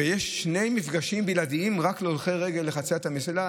ויש שני מפגשים בלעדיים רק להולכי רגל לחציית המסילה.